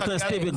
חבר הכנסת טיבי,